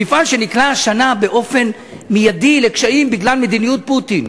מפעל שנקלע השנה באופן מיידי לקשיים בגלל מדיניות פוטין,